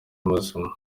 muzima